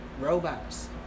robots